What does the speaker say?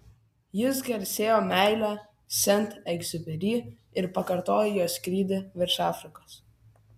jis garsėjo meile sent egziuperi ir pakartojo jo skrydį virš afrikos